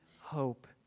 hope